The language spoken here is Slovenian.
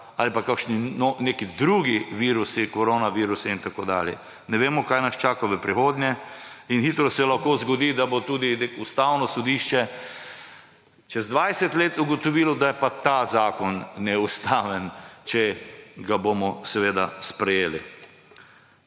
ali pa kakšni drugi virusi koronavirusa in tako dalje. Ne vemo, kaj nas čaka v prihodnje in hitro se lahko zgod, da bo tudi Ustavno sodišče čez 20 let ugotovilo, da je pa ta zakon neustaven, če ga bomo sprejeli.